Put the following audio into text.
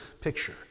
picture